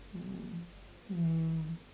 mm mm